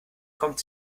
kommt